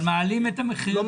זה ברור, אבל מעלים את המחיר.